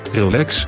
relax